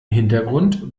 hintergrund